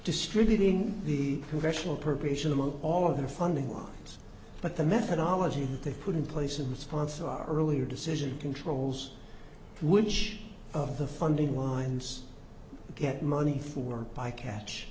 distributing the congressional appropriations among all of their funding lines but the methodology they put in place of the sponsor or earlier decision controls which of the funding lines get money for by catch